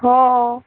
हो